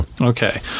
Okay